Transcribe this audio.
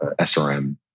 SRM